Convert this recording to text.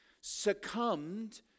succumbed